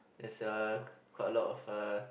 is a quite a lot of uh